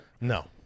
No